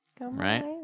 Right